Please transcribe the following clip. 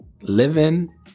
living